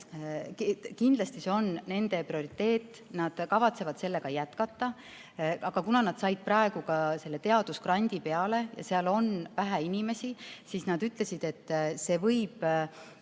ja kindlasti see on nende prioriteet, nad kavatsevad seda jätkata. Aga kuna nad said praegu ka selle teadusgrandi ja seal on vähe inimesi, siis nad ütlesid, et väheste